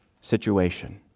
situation